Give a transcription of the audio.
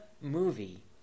movie